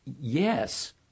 yes